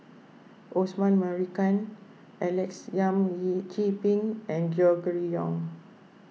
Osman Merican Alex Yam Ziming and Gregory Yong